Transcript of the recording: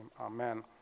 Amen